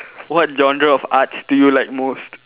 what genre of arts do you like most